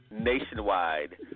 Nationwide